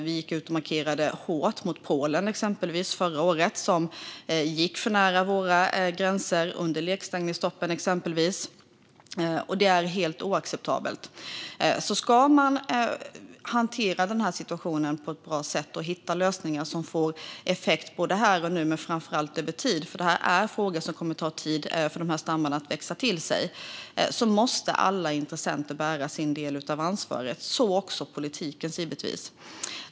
Vi gick ut och markerade hårt förra året mot Polen, exempelvis, som gick för nära våra gränser under lekstängningsstoppen. Det är helt oacceptabelt. Om man ska hantera situationen på ett bra sätt och hitta lösningar som får effekt här och nu men framför allt över tid, för det kommer att ta tid för stammarna att växa till sig, måste alla intressenter bära sin del av ansvaret, så givetvis också politiken.